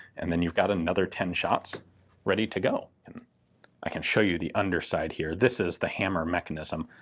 and then you've got another ten shots ready to go. and i can show you the underside here. this is the hammer mechanism.